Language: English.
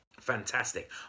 Fantastic